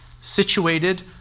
situated